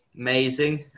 amazing